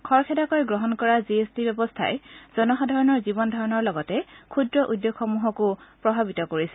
খৰখেদাকৈ গ্ৰহণ কৰা জি এছ টি ব্যৱস্থাই জনসাধাৰণৰ জীৱন ধাৰণৰ লগতে ক্ষুদ্ৰ উদ্যোগসমূহকো প্ৰভাৱিত কৰিছিল